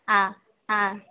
ஆ ஆ